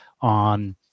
on